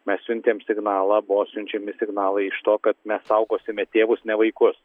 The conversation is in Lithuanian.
mes siuntėm signalą buvo siunčiami signalai iš to kad mes saugosime tėvus ne vaikus